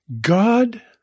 God